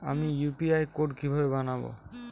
আমি UPI code কিভাবে বানাব?